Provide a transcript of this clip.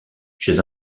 chez